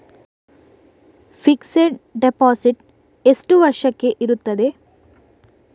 Fixed deposit ಎಷ್ಟು ವರ್ಷಕ್ಕೆ ಇರುತ್ತದೆ?